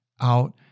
out